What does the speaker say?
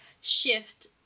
shift